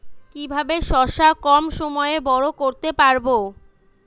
কিভাবে শশা কম সময়ে বড় করতে পারব?